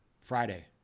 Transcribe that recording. Friday